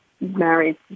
Married